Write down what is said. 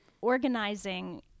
organizing